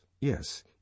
yes